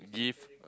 gift